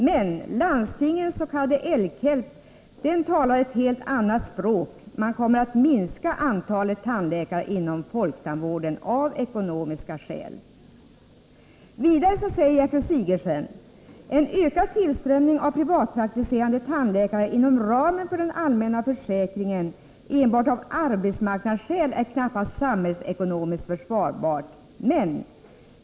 Men landstingens s.k. L-KELP talar ett helt annat språk: man kommer att minska antalet tandläkare inom folktandvården av ekonomiska skäl. Vidare säger Gertrud Sigurdsen att en ökad tillströmning av privatpraktiserande tandläkare inom ramen för den allmänna försäkringen enbart av arbetsmarknadsskäl knappast är samhällsekonomiskt försvarbar.